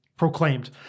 proclaimed